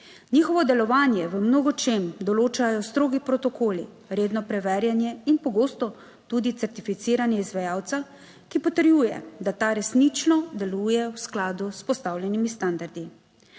Njihovo delovanje v mnogočem določajo strogi protokoli, redno preverjanje in pogosto tudi certificiranje izvajalca, ki potrjuje, da ta resnično deluje v skladu s postavljenimi standardi.